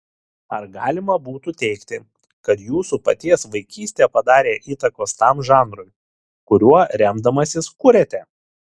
ar galima būtų teigti kad jūsų paties vaikystė padarė įtakos tam žanrui kuriuo remdamasis kuriate